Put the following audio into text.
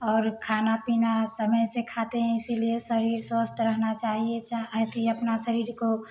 और खाना पीना समय से खाते हैं इसीलिए शरीर स्वस्थ रहना चाहिए चाहे अथी अपना शरीर को